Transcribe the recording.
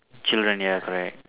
children ya correct